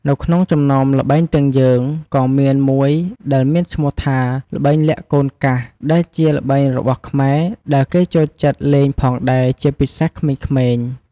នៅក្នុងចំណោមល្បែងទាំងយើងក៏មានមួយដែលមានឈ្មោះថាល្បែងលាក់កូនកាសដែលជាល្បែងរបស់ខ្មែរដែលគេចូលចិត្តលេងផងដែរជាពិសេសក្មេងៗ។